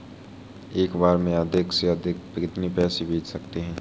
एक बार में अधिक से अधिक कितने पैसे भेज सकते हैं?